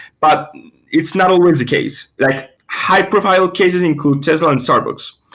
but it's not always the case. like high profile cases include tesla and starbucks.